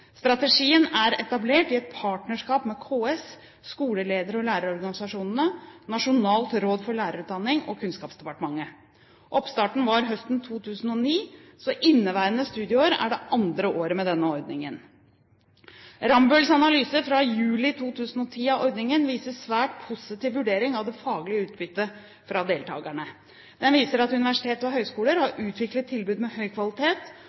Strategien er etablert i et partnerskap med KS, skoleleder- og lærerorganisasjonene, Nasjonalt råd for lærerutdanning og Kunnskapsdepartementet. Oppstart var høsten 2009, så inneværende studieår er det andre året med denne ordningen. Rambølls analyse av ordningen fra juli 2010 viser en svært positiv vurdering av det faglige utbyttet fra deltakerne. Den viser at universitet og høyskoler har utviklet tilbud med høy kvalitet,